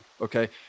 okay